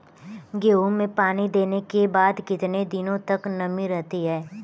गेहूँ में पानी देने के बाद कितने दिनो तक नमी रहती है?